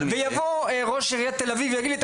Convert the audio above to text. ויבוא ראש עיריית תל אביב ויגיד לי,